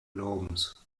glaubens